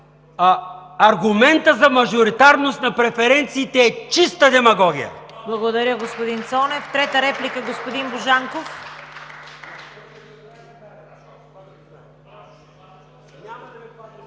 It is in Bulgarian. Аргументът за мажоритарност на преференциите е чиста демагогия!